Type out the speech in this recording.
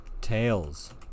Tails